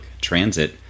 transit